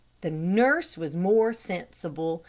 the nurse was more sensible.